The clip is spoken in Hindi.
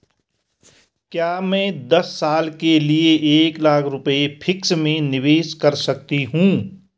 क्या मैं दस साल के लिए एक लाख रुपये फिक्स में निवेश कर सकती हूँ?